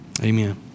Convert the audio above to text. Amen